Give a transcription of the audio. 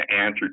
answer